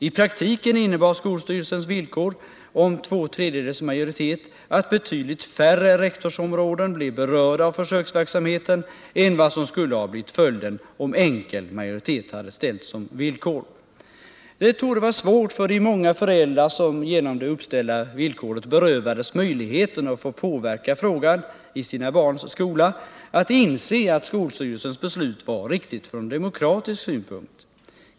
I praktiken innebar skolstyrelsens villkor om två tredjedels majoritet att betydligt färre rektorsområden blev berörda av försöksverksamheten än vad som skulle ha blivit följden om enkel majoritet hade ställts som villkor. Det torde vara svårt för de många föräldrar som genom det uppställda villkoret berövades möjligheten att få påverka frågan i sina barns skola att inse att skolstyrelsens beslut var riktigt från demokratisk synpunkt.